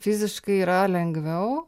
fiziškai yra lengviau